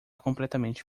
completamente